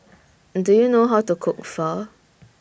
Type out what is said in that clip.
Do YOU know How to Cook Pho